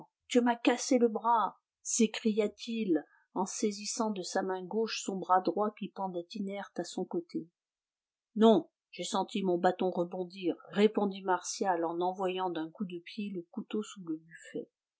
tu m'as cassé le bras s'écria-t-il en saisissant de sa main gauche son bras droit qui pendait inerte à son côté non j'ai senti mon bâton rebondir répondit martial en envoyant d'un coup de pied le couteau sous le buffet